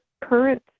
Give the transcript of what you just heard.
current